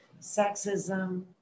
sexism